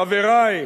חברי,